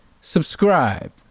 subscribe